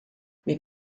mais